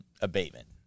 abatement